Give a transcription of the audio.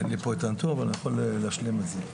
אין לי פה את הנתון, אבל אני יכול להשלים את זה.